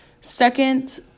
Second